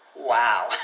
Wow